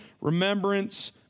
remembrance